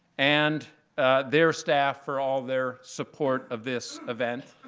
and their staff for all their support of this event.